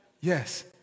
yes